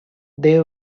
they